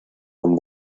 con